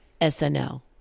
SNL